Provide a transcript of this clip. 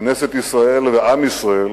כנסת ישראל ועם ישראל